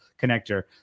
connector